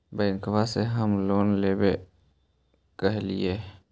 बैंकवा से हम लोन लेवेल कहलिऐ?